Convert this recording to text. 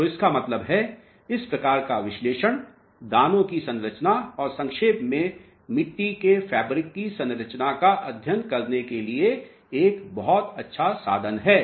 तो इसका मतलब है इस प्रकार का विश्लेषण दानों की संरचना और संक्षेप में मिट्टी के फेब्रिक की संरचना का अध्ययन करने के लिए एक बहुत अच्छा साधन है